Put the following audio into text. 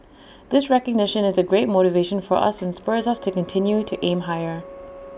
this recognition is great motivation for us and spurs us to continue to aim higher